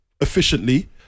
efficiently